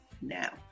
Now